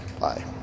Bye